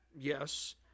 Yes